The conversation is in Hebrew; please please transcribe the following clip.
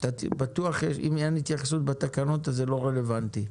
אם אין התייחסות בתקנות, זה לא רלוונטי.